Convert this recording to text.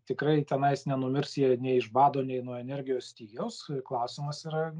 tikrai tenais nenumirs jei nei iš bado nei nuo energijos stygiaus klausimas yra